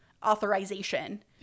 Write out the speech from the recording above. authorization